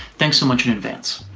thanks so much in advance!